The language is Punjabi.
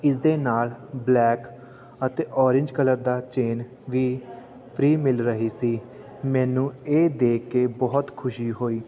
ਇਸ ਦੇ ਨਾਲ ਬਲੈਕ ਅਤੇ ਔਰੇਂਜ ਕਲਰ ਦਾ ਚੇਨ ਵੀ ਫਰੀ ਮਿਲ ਰਹੀ ਸੀ ਮੈਨੂੰ ਇਹ ਦੇਖ ਕੇ ਬਹੁਤ ਖੁਸ਼ੀ ਹੋਈ